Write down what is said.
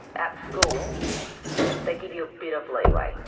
at school they give you a bit of leeway,